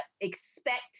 expect